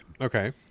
Okay